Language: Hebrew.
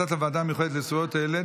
אני קובע שהודעת הוועדה המיוחדת לזכויות הילד